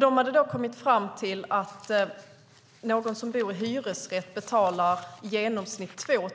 De hade kommit fram till att den som bor i en hyresrätt betalar i genomsnitt 2 000